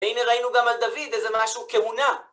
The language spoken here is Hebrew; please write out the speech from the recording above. והנה ראינו גם על דוד איזה משהו, כהונה.